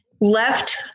left